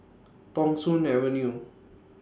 Thong Soon Avenue